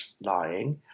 lying